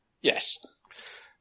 Yes